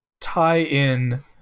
tie-in